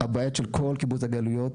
הבית של כל קיבוץ הגלויות.